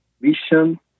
vision